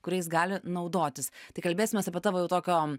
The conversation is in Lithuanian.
kuriais gali naudotis tai kalbėsimės apie tavo jau tokio